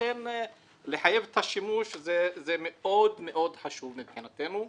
לכן לחייב את השימוש זה מאוד מאוד חשוב מבחינתנו.